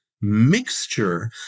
mixture